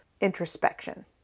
introspection